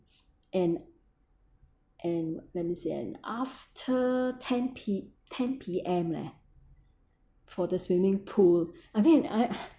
and and let me see and after ten P ten P_M leh for the swimming pool I mean I I